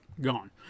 gone